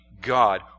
God